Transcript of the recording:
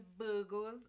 Virgos